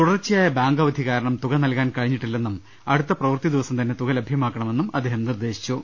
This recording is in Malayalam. തുടർച്ചയായ ബാങ്ക് അവധി കാരണം തുക നൽകാൻ കഴിഞ്ഞിട്ടില്ലെന്നും അടുത്ത പ്രവൃത്തി ദിവസം തന്നെ തുക ലഭ്യ മാക്കണമെന്നും അദ്ദേഹം നിർദ്ദേശിച്ചു